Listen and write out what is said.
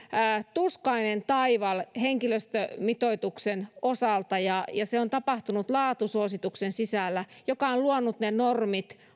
tuskainen taival henkilöstömitoituksen osalta ja ja se on tapahtunut laatusuosituksen sisällä joka on luonut ne normit